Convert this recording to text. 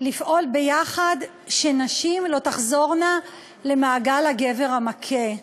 לפעול ביחד שנשים לא תחזורנה למעגל הגבר המכה.